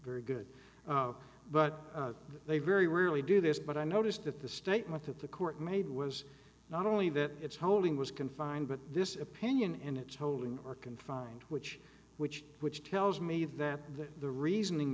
very good but they very rarely do this but i noticed that the statement that the court made was not only that it's holding was confined but this opinion and its holding or confined which which which tell meave the reasoning